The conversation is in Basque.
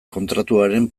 kontratuaren